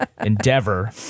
endeavor